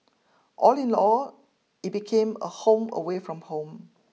all in all it became a home away from home